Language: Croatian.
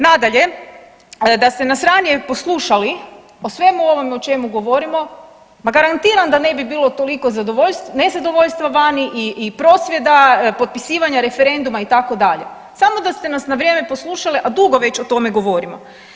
Nadalje, da ste nas ranije poslušali o svemu ovome o čemu govorimo ma garantiram da ne bi bilo toliko nezadovoljstva vani i prosvjeda, potpisivanja referenduma itd. samo da ste nas na vrijeme poslušali, a dugo već o tome govorimo.